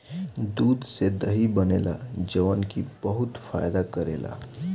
दूध से दही बनेला जवन की बहुते फायदा करेला